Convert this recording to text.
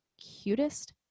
cutest